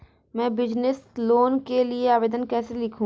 मैं business loan के लिए आवेदन कैसे लिखूँ?